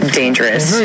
dangerous